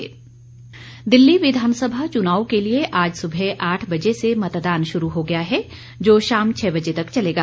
दिल्ली मतदान दिल्ली विधानसभा चुनाव के लिए आज सुबह आठ बजे से मतदान शुरू हो गया है जो शाम छह बजे तक चलेगा